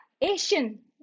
Asian